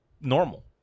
normal